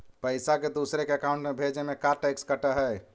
पैसा के दूसरे के अकाउंट में भेजें में का टैक्स कट है?